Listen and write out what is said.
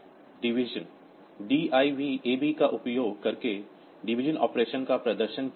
विभाजन DIV AB का उपयोग करके डिवीजन ऑपरेशन का प्रदर्शन किया